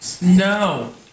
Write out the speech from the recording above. No